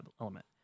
element